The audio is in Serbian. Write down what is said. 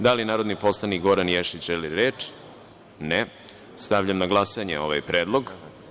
Da li narodni poslanik Goran Ješić, želi reč? (Ne.) Stavljam na glasanje ovaj Predlog.